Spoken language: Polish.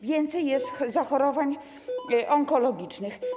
Więcej jest zachorowań onkologicznych.